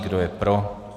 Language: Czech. Kdo je pro?